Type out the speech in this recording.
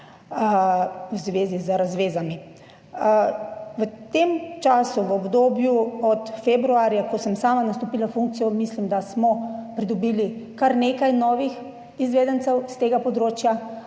v zvezi z razvezami. V tem času, v obdobju od februarja, ko sem sama nastopila funkcijo, mislim, da smo pridobili kar nekaj novih izvedencev s tega področja,